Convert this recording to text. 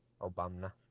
Obama